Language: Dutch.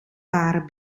waren